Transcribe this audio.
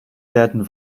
werden